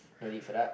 no need fate up